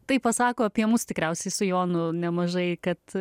tai pasako apie mus tikriausiai su jonu nemažai kad